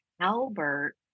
Albert